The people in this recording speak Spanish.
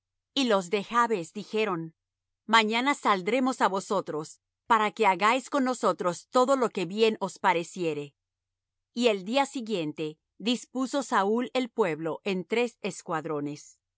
y los de jabes dijeron mañana saldremos á vosotros para que hagáis con nosotros todo lo que bien os pareciere y el día siguiente dispuso saúl el pueblo en tres escuadrones